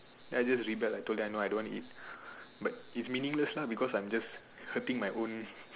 I just rebel I told them no I don't want to eat but it's meaningless lah because I'm just hurting my own